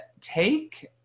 take